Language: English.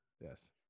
yes